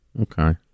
okay